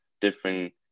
different